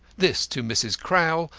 this to mrs. crowl,